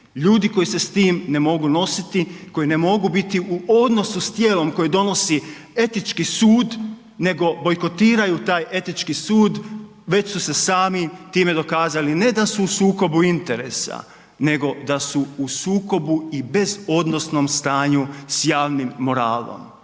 Ljudi koji se s tim ne mogu nositi, koji ne mogu biti u odnosu s tijelom koje donosi etički sud nego bojkotiraju taj etički sud, već su se sami time dokazali, ne da su u sukobu interesa, nego da su u sukobu i bezodnosnom stanju s javnim moralom.